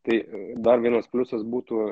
tai dar vienas pliusas būtų